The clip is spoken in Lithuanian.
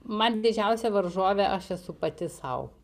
man didžiausia varžovė aš esu pati sau